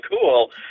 cool